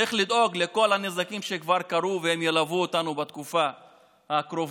צריך לדאוג לכל הנזקים שכבר קרו וילוו אותנו בתקופה הקרובה,